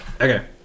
Okay